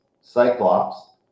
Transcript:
Cyclops